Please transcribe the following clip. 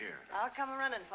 here i'll come around and